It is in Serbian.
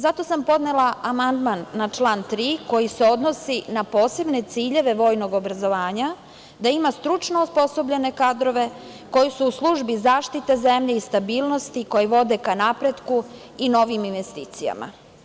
Zato sam podnela amandman na član 3. koji se odnosi na posebne ciljeve vojnog obrazovanja da ima stručno osposobljene kadrove koji su u službi zaštite zemlje i stabilnosti koji vode ka napretku i novim investicijama.